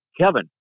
Kevin